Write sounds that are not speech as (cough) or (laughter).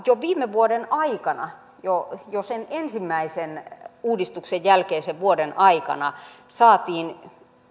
(unintelligible) jo viime vuoden aikana jo jo sen ensimmäisen uudistuksen jälkeisen vuoden aikana saatiin